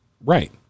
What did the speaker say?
Right